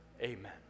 Amen